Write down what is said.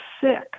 sick